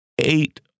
eight